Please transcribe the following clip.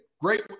Great